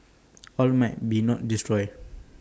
all might not be destroyed